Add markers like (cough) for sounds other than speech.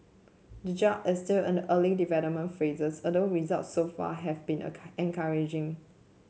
the drug is still in the early development phases although results so far have been (unintelligible) encouraging